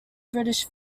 british